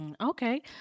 Okay